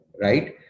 right